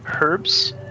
herbs